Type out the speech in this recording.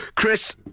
Chris